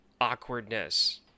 awkwardness